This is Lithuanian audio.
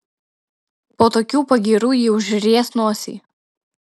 po tokių pagyrų ji užries nosį